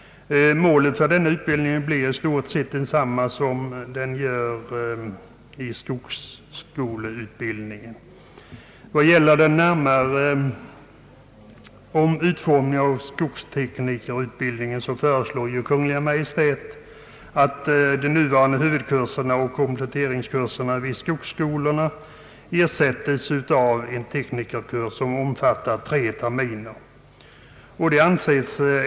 Målet för den utbildningen blir i stort sett detsamma som för skogsskoleutbildningen. I fråga om den närmare utformningen av skogsteknikerutbildningen föreslår Kungl. Maj:t att de nuvarande huvudkurserna och kompletteringskurserna vid skogsskolorna skall ersättas av en teknikerkurs som omfattar tre terminer.